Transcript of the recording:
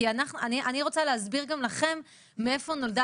כי אני רוצה להסביר גם לכם מאיפה נולדה